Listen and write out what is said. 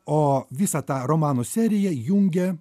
o visą tą romanų seriją jungia